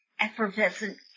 effervescent